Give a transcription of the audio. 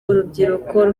urubyiruko